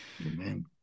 Amen